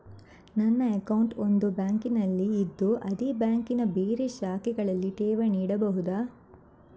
ನನ್ನ ಅಕೌಂಟ್ ಒಂದು ಬ್ಯಾಂಕಿನಲ್ಲಿ ಇದ್ದು ಅದೇ ಬ್ಯಾಂಕಿನ ಬೇರೆ ಶಾಖೆಗಳಲ್ಲಿ ಠೇವಣಿ ಇಡಬಹುದಾ?